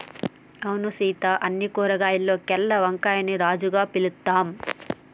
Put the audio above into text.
అవును సీత అన్ని కూరగాయాల్లోకెల్లా వంకాయని రాజుగా పిలుత్తాం